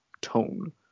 tone